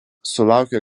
sulaukė